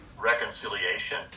reconciliation